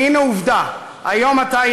כי הנה עובדה: היום אתה,